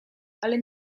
ale